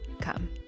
come